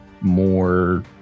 more